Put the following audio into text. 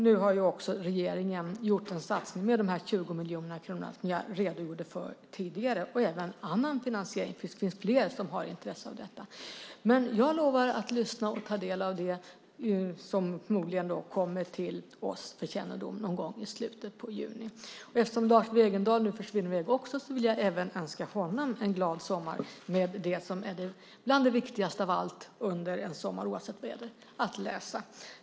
Nu har också regeringen gjort en satsning med de 20 miljoner kronor som jag redogjorde för tidigare. Det finns även annan finansiering. Det finns fler som har intresse av detta. Jag lovar att lyssna och ta del av det som förmodligen kommer till oss för kännedom någon gång i slutet av juni. Eftersom Lars Wegendal nu också försvinner i väg vill jag även önska honom en glad sommar med det som är bland det viktigaste under en sommar oavsett väder, att läsa.